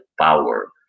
power